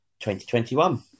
2021